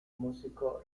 músico